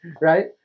right